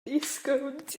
disgownt